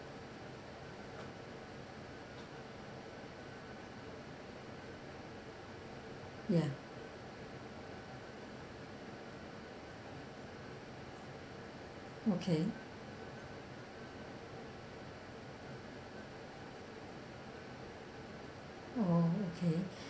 ya okay oh okay